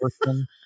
person